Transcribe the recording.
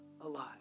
alive